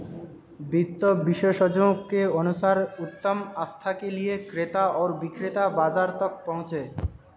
वित्त विशेषज्ञों के अनुसार उत्तम आस्था के लिए क्रेता और विक्रेता बाजार तक पहुंचे